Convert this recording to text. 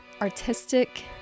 artistic